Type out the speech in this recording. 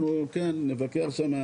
אנחנו נבקר שם,